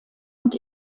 und